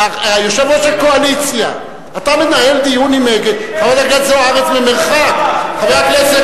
יושב-ראש הקואליציה, אתה מנהל דיון עם חברת הכנסת